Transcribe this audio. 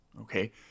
okay